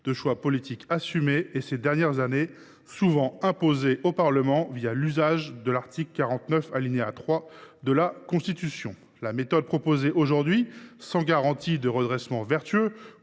de choix politiques assumés et, ces dernières années, souvent imposés au Parlement l’activation de l’article 49, alinéa 3, de la Constitution. La méthode proposée aujourd’hui n’est pas la garantie d’un redressement vertueux.